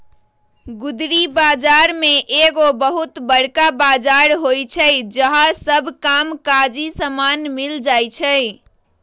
गुदरी बजार में एगो बहुत बरका बजार होइ छइ जहा सब काम काजी समान मिल जाइ छइ